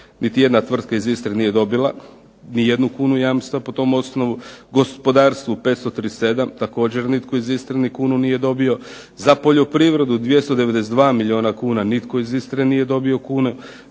niti jedna tvrtka iz Istre nije dobila, ni jednu kunu jamstva po tom osnovu, gospodarstvu 537 također nitko iz Istre ni kunu nije dobio, za poljoprivredu 292 milijuna kuna nitko iz Istre nije dobio kune,